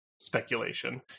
Speculation